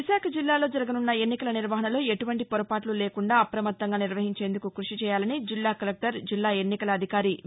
విశాఖ జిల్లా లో జరగనున్న ఎన్నికల నిర్వహణలో ఎటువంటి పొరపాట్ల లేకుండా అప్రమత్తంగా నిర్వహించేందుకు క ృషిచేయాలని జిల్లా కలెక్లర్ జిల్లా ఎన్నికల అధికారి వి